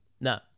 no